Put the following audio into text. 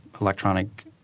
electronic